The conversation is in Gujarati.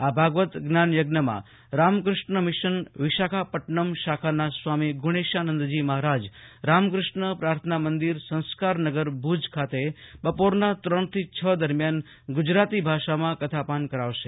આ ભાગવત જ્ઞાનયજ્ઞમાં રામકૃષ્ણ મિશન વિશકાખાપટનમ શાખાના સ્વામિ ગુણેશાનંદજી મહારાજ રામક્રષ્ણ પ્રાર્થના મંદિર સંસ્કારનગર ભુજ ખાતે બપોરના ત્રણથી છ દરમિયાન ગુજરાતી ભાષામાં કથાપાન કરાવશે